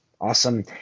awesome